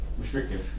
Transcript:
restrictive